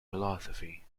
philosophy